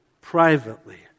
privately